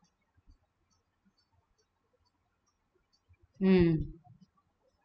mm